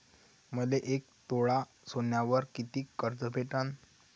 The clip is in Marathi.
मले एक तोळा सोन्यावर कितीक कर्ज भेटन?